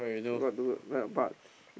what do where but